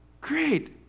Great